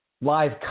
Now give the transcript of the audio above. Live